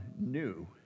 new